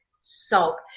salt